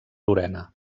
lorena